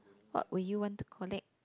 what would you want to collect